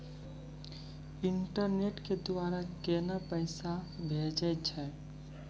Internet के द्वारा केना पैसा भेजय छै?